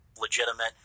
legitimate